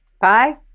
bye